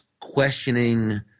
questioning